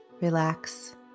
Relax